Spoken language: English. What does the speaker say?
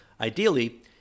Ideally